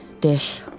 dish